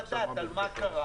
חוות דעת מה קרה.